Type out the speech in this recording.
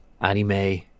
anime